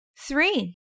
three